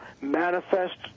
manifest